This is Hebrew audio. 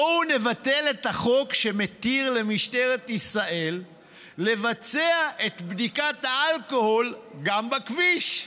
בואו נבטל את החוק שמתיר למשטרת ישראל לבצע את בדיקת האלכוהול גם בכביש.